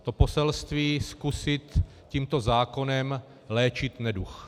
To poselství zkusit tímto zákonem léčit neduh.